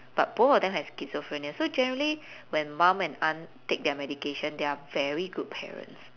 but both of them have schizophrenia so generally when mum and aunt take their medication they are very good parents